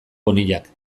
bonillak